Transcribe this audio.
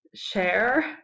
share